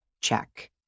Check